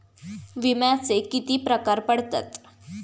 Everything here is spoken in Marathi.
विम्याचे किती प्रकार पडतात?